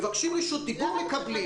מבקשים רשות דיבור, מקבלים.